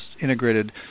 integrated